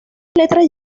letras